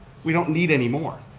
we don't need anymore,